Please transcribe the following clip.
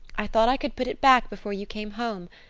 i thought i could put it back before you came home.